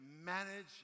manage